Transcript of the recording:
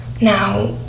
Now